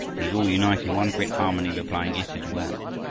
these all unite in one great harmony, replying, it is well!